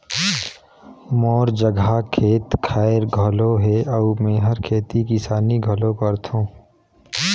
मोर जघा खेत खायर घलो हे अउ मेंहर खेती किसानी घलो करथों